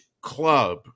Club